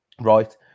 right